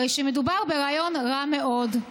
הרי שמדובר ברעיון רע מאוד.